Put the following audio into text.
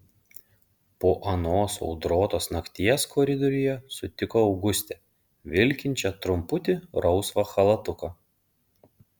po anos audrotos nakties koridoriuje sutiko augustę vilkinčią trumputį rausvą chalatuką